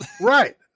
Right